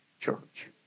Church